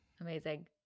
amazing